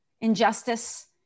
injustice